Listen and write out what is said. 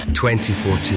2014